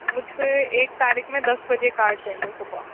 مجھے ایک تاریخ میں دس بجے کار چاہیے صُبح